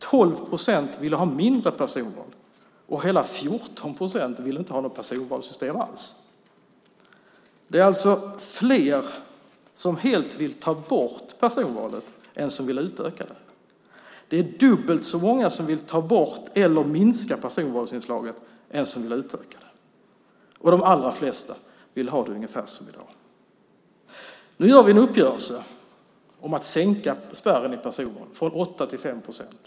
12 procent ville ha ett mindre inslag av personval, och hela 14 procent ville inte ha något personvalssystem alls. Det var alltså fler som ville ta bort personvalet helt än som ville utöka det. Det var dubbelt så många som ville ta bort eller minska personvalsinslagen än som ville utöka dem, och de allra flesta ville ha det ungefär som det är i dag. Nu gör vi en uppgörelse om att sänka spärren i personvalet, från 8 till 5 procent.